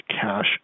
cash